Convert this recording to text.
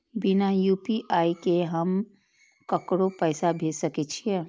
बिना यू.पी.आई के हम ककरो पैसा भेज सके छिए?